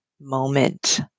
moment